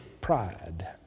pride